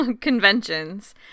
conventions